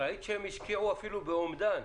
ראית שהם השקיעו אפילו באמדן.